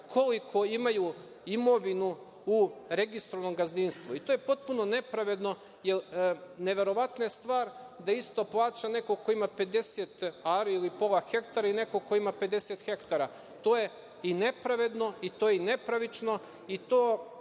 koliko imaju imovinu u registrovanom gazdinstvu. To je potpuno nepravedno, jer neverovatna je stvar da isto plaća neko ko ima 50 ari ili pola hektara i neko ko ima 50 hektara. To je i nepravedno i to je nepravično i to